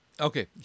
Okay